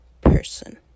person